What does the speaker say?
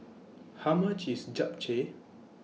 How much IS Japchae